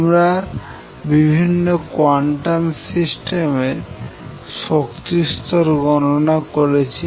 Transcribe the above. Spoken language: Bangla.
আমরা বিভিন্ন কোয়ান্টাম সিস্টেমের শক্তিস্তর গণনা করেছি